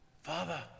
Father